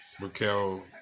Raquel